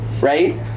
right